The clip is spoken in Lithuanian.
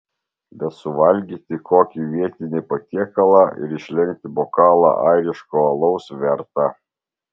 bet suvalgyti kokį vietinį patiekalą ir išlenkti bokalą airiško alaus verta